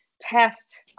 test